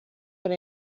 been